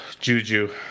Juju